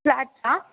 flats